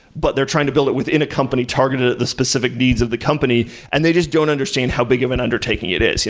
but they're trying to build it within a company targeted at the specific needs of the company and they just don't understand how big of an undertaking it is.